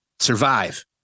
Survive